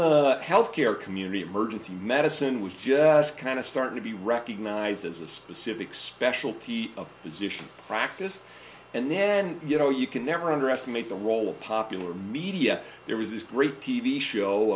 the health care community emergency medicine was just kind of starting to be recognized as a specific specialty of musicians practice and then you know you can never underestimate the role of popular media there was this great t v show